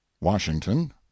washington